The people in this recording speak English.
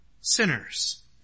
sinners